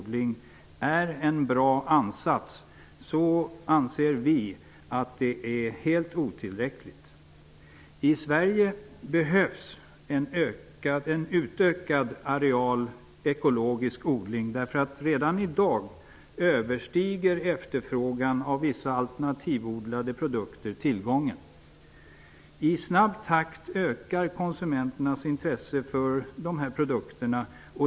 Det är just därför som reservation 1 har tillkommit. I Sverige behövs en utökad areal ekologisk odling. Efterfrågan på vissa alternativodlade produkter överstiger redan i dag tillgången. I snabb takt ökar konsumenternas intresse för dessa produkter.